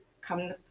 come